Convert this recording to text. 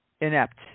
inept